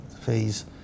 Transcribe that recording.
fees